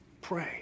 pray